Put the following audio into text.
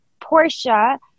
Portia